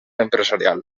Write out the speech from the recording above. empresarial